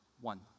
one